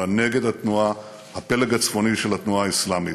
אלא נגד הפלג הצפוני של התנועה האסלאמית.